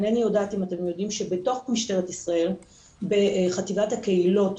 אינני יודעת אם אתם יודעים שבתוך משטרת ישראל בחטיבת הקהילות